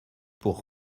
pour